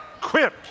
quit